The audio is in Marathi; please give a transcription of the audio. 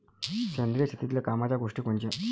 सेंद्रिय शेतीतले कामाच्या गोष्टी कोनच्या?